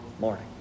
morning